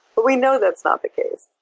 but we know that's not the case.